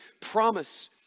promise